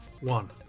one